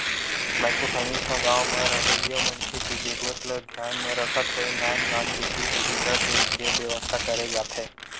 micro finance म गाँव म रहवइया मनखे के जरुरत ल धियान म रखत होय नान नान बित्तीय सुबिधा देय के बेवस्था करे जाथे